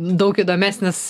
daug įdomesnis